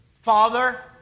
father